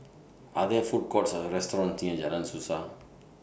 Are There Food Courts Or restaurants near Jalan Suasa